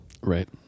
Right